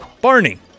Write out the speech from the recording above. Barney